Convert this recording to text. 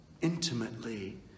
intimately